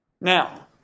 Now